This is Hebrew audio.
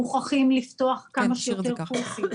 מוכרחים לפתוח כמה שיותר קורסים.